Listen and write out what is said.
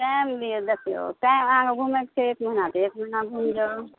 time लिअ देखियौ time अहाँके घुमैके छै एक महीना तऽ एक महीना घुमि जाउ